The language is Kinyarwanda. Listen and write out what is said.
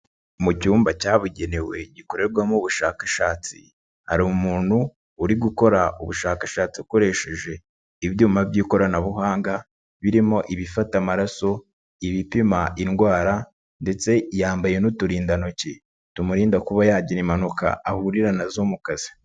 Mu cyumba cyabugenewe gikorerwamo ubushakashatsi, hari umuntu uri gukora ubushakashatsi ukoresheje ibyuma by'ikoranabuhanga, birimo ibifata amaraso, ibipima indwara ndetse yambaye n'uturindantoki tumurinda kuba yagira impanuka ahurira nazo mu kazi.